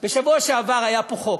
בשבוע שעבר היה פה חוק,